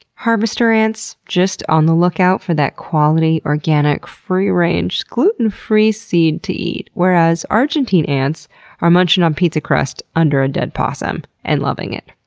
harvester ants? just on the look-out for that quality, organic, free range, gluten free seed to eat. whereas argentine ants are munching on pizza crust under a dead possum. and loving it.